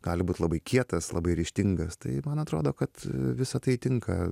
gali būt labai kietas labai ryžtingas tai man atrodo kad visa tai tinka